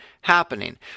happening